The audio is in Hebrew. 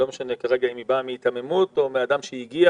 שלא משנה כרגע אם באה מהיתממות או מאדם שהגיע